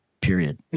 period